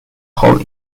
hall